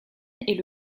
est